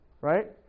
right